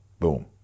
boom